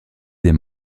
des